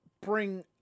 bring